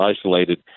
isolated